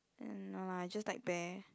and no lah I just like bear